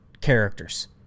characters